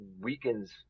weakens